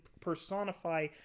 personify